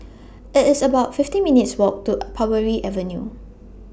IT IS about fifty minutes' Walk to Parbury Avenue